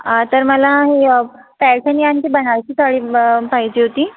तर मला हे पैठणी आणखी बनारसी साडी पाहिजे होती